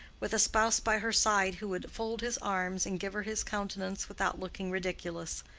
with a spouse by her side who would fold his arms and give her his countenance without looking ridiculous.